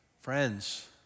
Friends